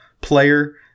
player